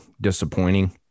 disappointing